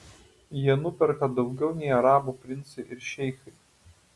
jie nuperka daugiau nei arabų princai ir šeichai